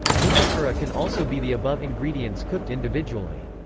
mutakura can also be the above ingredients cooked individually.